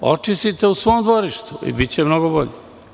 Očistite u svom dvorištu i biće mnogo bolje.